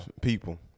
people